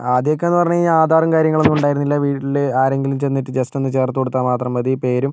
ആദ്യമൊക്കെയെന്ന് പറഞ്ഞു കഴിഞ്ഞാൽ ആധാറും കാര്യങ്ങളൊന്നും ഉണ്ടായിരുന്നില്ല വീട്ടിൽ ആരെങ്കിലും ചെന്നിട്ട് ജസ്റ്റ് ഒന്ന് ചേർത്ത് കൊടുത്താൽ മാത്രം മതി പേരും